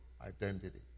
identity